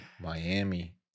Miami